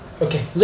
Okay